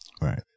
Right